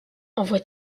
envoie